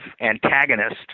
antagonist